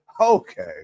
okay